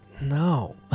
no